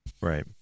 Right